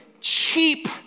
cheap